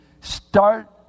start